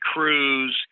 Cruz